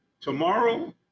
Tomorrow